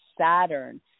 Saturn